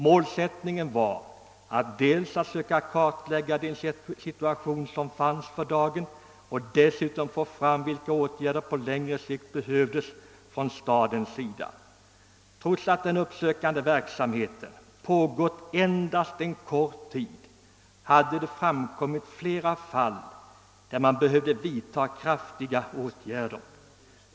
Målsättningen var att dels kartlägga den situation som rådde för dagen, dels få fram vilka åtgärder från stadens sida som behövdes på längre sikt. Trots att den uppsökande verksamheten pågått endast en kort tid hade det framkommit flera fall där man behövde vidta kraftiga åtgärder.